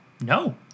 No